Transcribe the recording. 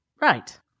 Right